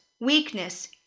Weakness